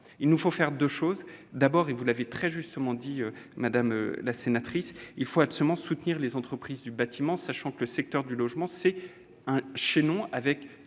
avons besoin de deux choses. D'abord, et vous l'avez très justement dit, madame la sénatrice, il faut absolument soutenir les entreprises du bâtiment, sachant que le secteur du logement est un chaînon dont